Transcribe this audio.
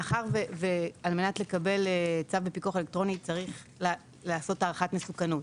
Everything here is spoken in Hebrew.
מאחר ועל מנת לקבל צו לפיקוח אלקטרוני צריך לעשות הערכת מסוכנות,